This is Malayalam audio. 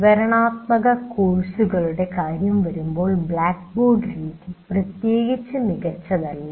വിവരണാത്മകകോഴ്സുകളുടെ കാര്യം വരുമ്പോൾ ബ്ലാക്ക്ബോർഡ് രീതി പ്രത്യേകിച്ച് മികച്ചതല്ല